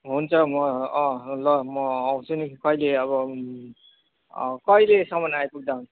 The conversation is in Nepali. हुन्छ म अँ ल म आउँछु नि कहिले अब कहिलेसम्म आइपुग्दा हुन्छ